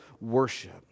worship